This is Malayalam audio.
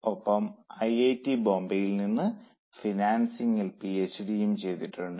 ഒപ്പം ഐഐടി ബോംബെയിൽനിന്ന് ഫിനാൻസിംഗിൽ പിഎച്ച്ഡിയും ചെയ്തിട്ടുണ്ട്